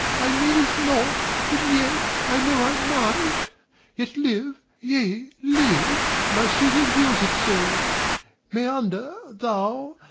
i mean it not, but yet i know i might yet live yea, live mycetes wills it so meander, thou,